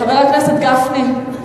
חבר הכנסת גפני.